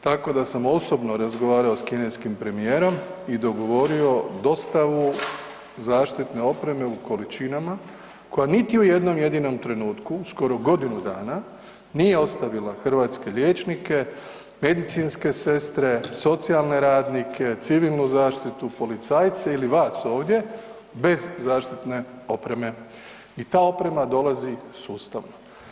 Tako da sam osobno razgovarao s kineskim premijerom i dogovorio dostavu zaštitne opreme u količinama koja niti u jednom jedinom trenutku, skoro godinu dana nije ostavila hrvatske liječnike, medicinske sestre, socijalne radnike, civilnu zaštite, policajce ili vas ovdje bez zaštitne opreme i ta oprema dolazi sustavno.